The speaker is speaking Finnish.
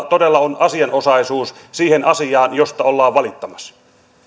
todella on asianosaisuus siihen asiaan josta ollaan valittamassa